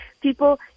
People